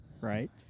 Right